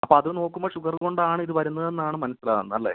അപ്പോൾ അത് നോക്കുമ്പോൾ ഷുഗറ് കൊണ്ടാണ് ഇത് വരുന്നതെന്നാണ് മനസ്സിലാവുന്നത് അല്ലേ